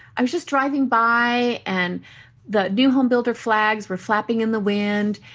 i was just driving by, and the new home builder flags were flapping in the wind,